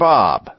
Bob